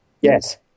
Yes